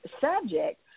subject